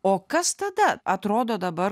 o kas tada atrodo dabar